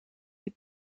die